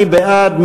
מי בעד,